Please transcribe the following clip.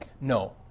No